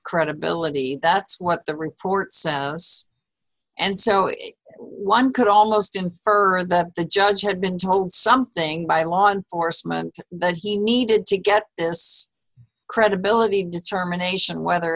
credibility that's what the report sounds and so one could almost infer that the judge had been told something by law enforcement that he needed to get this credibility determination whether